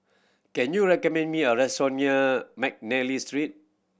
can you recommend me a restaurant near McNally Street